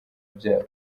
byabo